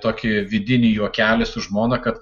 tokį vidinį juokelį su žmona kad